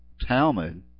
Talmud